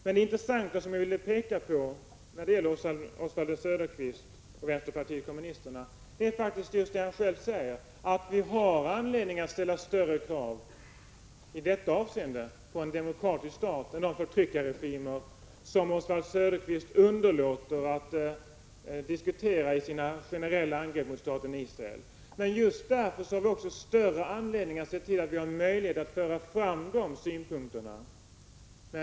Men den intressanta fråga som jag vill peka på när det gäller Oswald Söderqvist och vänsterpartiet kommunisterna är faktiskt just den han själv nämner, att vi har anledning att i detta avseende ställa större krav på en demokrati än på de förtryckarregimer som Oswald Söderqvist underlåter att diskutera i sina generella angrepp mot staten Israel. Just därför har vi större anledning att se till att vi har möjligheter att föra fram de synpunkterna.